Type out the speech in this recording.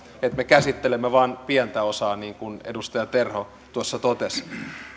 että me käsittelemme vain pientä osaa niin kuin edustaja terho tuossa totesi